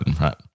right